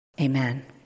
Amen